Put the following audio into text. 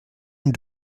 and